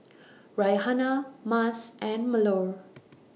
Raihana Mas and Melur